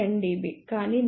కానీ నికర విలువ 2